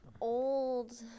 old